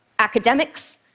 academics,